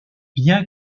bien